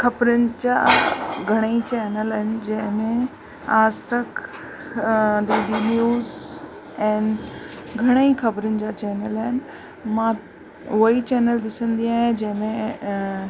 खबरिंचा घणई चैनल आहिनि जंहिं में Aaj Tak D D news ऐं घणई ख़बरुनि जा चैनल आहिनि मां उहो ई चैनल ॾिसंदी आहियां जंहिं में